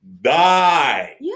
die